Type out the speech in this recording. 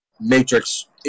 Matrix